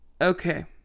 Okay